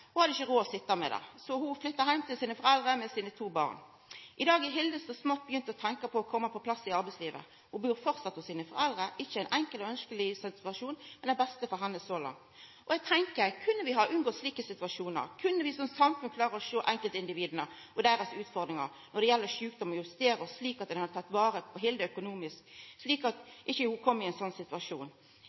ikkje råd til å sitja med det – og flytta heim til sine foreldre med sine to born. I dag har Hilde så smått begynt å tenkja på å koma på plass i arbeidslivet. Ho bur framleis hos sine foreldre – ikkje ein enkel og ønskeleg situasjon, men den beste for henne så langt. Og eg tenkjer: Kunne vi ha unngått slike situasjonar, kunne vi som samfunn klart å sjå enkeltindivida og deira utfordringar når det gjeld sjukdommar, og justera oss slik at ein hadde teke vare på Hilde økonomisk, slik at ho ikkje hadde kome i ein slik situasjon?